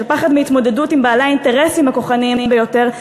של פחד מהתמודדות עם בעלי האינטרסים הכוחניים ביותר,